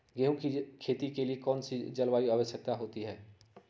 गेंहू की खेती के लिए कौन सी जलवायु की आवश्यकता होती है?